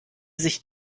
sich